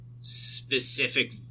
specific